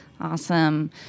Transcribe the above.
Awesome